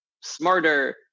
smarter